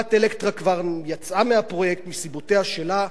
חברת "אלקטרה" כבר יצאה מהפרויקט מסיבותיה שלה.